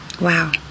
Wow